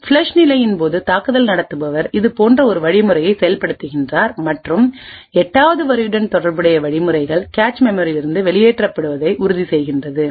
ஃப்ளஷ்நிலையின் போது தாக்குதல் நடத்துபவர் இது போன்ற ஒரு வழிமுறையை செயல்படுத்துகிறார் மற்றும் 8 வது வரியுடன் தொடர்புடைய வழிமுறைகள் கேச்மெமரியில் இருந்து வெளியேற்றப்படுவதை உறுதிசெய்கிறது